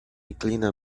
inclina